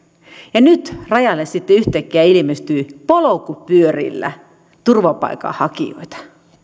ja nyt rajalle sitten yhtäkkiä ilmestyy polkupyörillä turvapaikanhakijoita